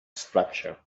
structure